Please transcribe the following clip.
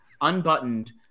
unbuttoned